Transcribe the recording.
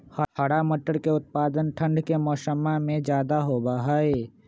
हरा मटर के उत्पादन ठंढ़ के मौसम्मा में ज्यादा होबा हई